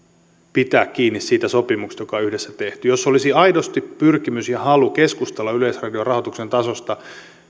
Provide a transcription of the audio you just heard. pitää kiinni siitä sopimuksesta joka yhdessä on tehty jos olisi aidosti pyrkimys ja halu keskustella yleisradion rahoituksen tasosta